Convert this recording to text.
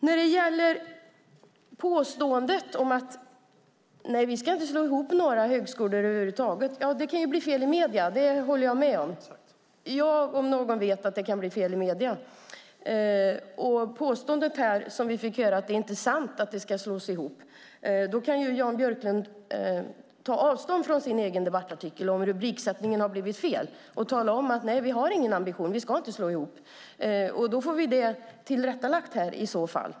När det gäller påståendet om att inga högskolor ska slås ihop kan det ju bli fel i medierna. Det håller jag med om; jag om någon vet att det kan bli fel i medierna. Om nu rubriksättningen har blivit fel och påståendet vi fick höra här inte är sant kan ju Jan Björklund ta avstånd från sin egen debattartikel och tala om att nej, vi har ingen sådan ambition, vi ska inte slå ihop några högskolor. Då får vi det tillrättalagt här i så fall.